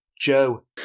Joe